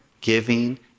giving